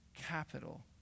capital